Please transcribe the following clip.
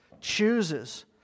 chooses